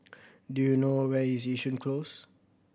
do you know where is Yishun Close